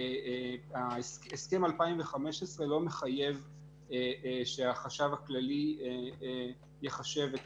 הסכם 2015 לא מחייב שהחשב הכללי יחשב את